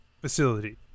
facility